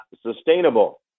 sustainable